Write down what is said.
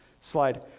Slide